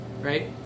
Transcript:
right